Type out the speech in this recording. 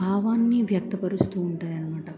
భావాన్ని వ్యక్తపరుస్తూ ఉంటాయి అనమాట